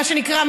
מה שנקרא,